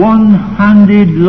One-handed